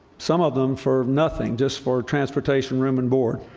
some of them for nothing just for transportation, room and board.